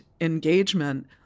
engagement